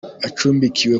acumbikiwe